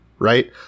Right